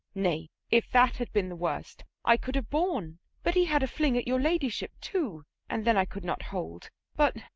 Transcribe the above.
nay, if that had been the worst i could have borne but he had a fling at your ladyship too, and then i could not hold but,